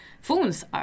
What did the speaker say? phones